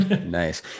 Nice